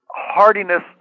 hardiness